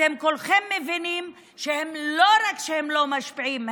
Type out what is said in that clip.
אתם כולכם מבינים שלא רק שהם לא משפיעים,